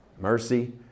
Mercy